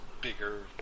bigger